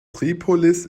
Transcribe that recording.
tripolis